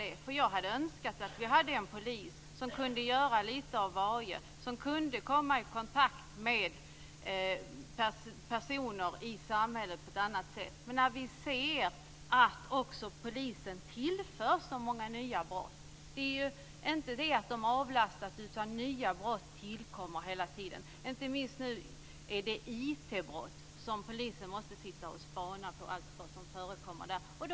Jag hade nämligen önskat att vi hade haft en polis som kunde göra lite av varje, som kunde komma i kontakt med personer i samhället på ett annat sätt. Men vi ser också att polisen tillförs så många nya brott. Det är inte så att polisen avlastas, utan nya brott tillkommer hela tiden. Nu handlar det inte minst om IT-brott, så att polisen måste sitta och spana på allt som förekommer i detta sammanhang.